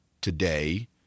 today